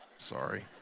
sorry